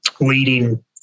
leading